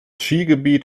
skigebiet